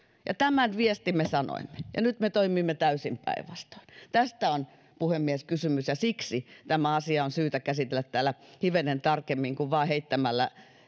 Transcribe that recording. tämän viestin me sanoimme ja nyt me toimimme täysin päinvastoin tästä on puhemies kysymys ja siksi tämä asia on syytä käsitellä täällä hivenen tarkemmin kuin vain heittämällä